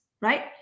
right